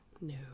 No